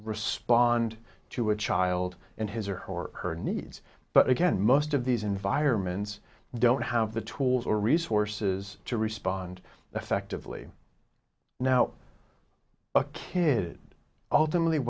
respond to a child and his or her or her needs but again most of these environments don't have the tools or resources to respond effectively now a kid ultimately